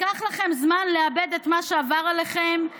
לקח לכם זמן לעבד את מה שעבר עליכם,